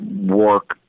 work